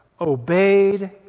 obeyed